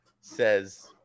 says